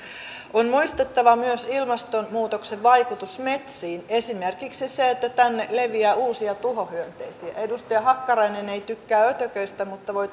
on muistettava myös ilmastonmuutoksen vaikutus metsiin esimerkiksi se se että tänne leviää uusia tuhohyönteisiä edustaja hakkarainen ei tykkää ötököistä mutta voi